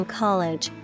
college